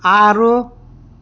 ಆರು